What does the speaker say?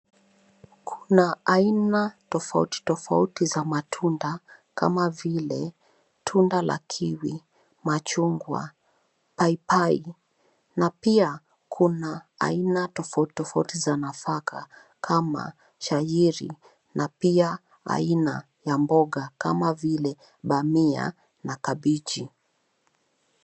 Kuna aina tofauti tofauti za matunda kama vile tunda la kiwi, machungwa, paipai na pia kuna aina tofauti tofauti za nafaka kama shairi ,na pia aina ya mboga kama vile bamia na kabeji.